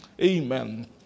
Amen